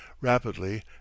rapidly